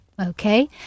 Okay